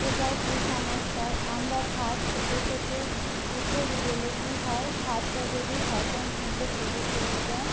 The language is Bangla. এটাও কুসংস্কার আমরা ভাত খেতে খেতে উঠে গেলে কী হয় ভাতটা যদি হজম হতে শুরু করে দেয়